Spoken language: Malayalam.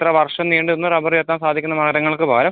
ഇത്ര വർഷം നീണ്ടുനിന്ന് റബ്ബർ ചെത്താൻ സാധിക്കുന്ന മരങ്ങൾക്ക് പകരം